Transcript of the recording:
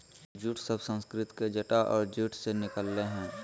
jute शब्द संस्कृत के जटा और जूट से निकल लय हें